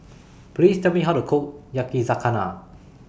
Please Tell Me How to Cook Yakizakana